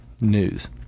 news